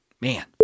Man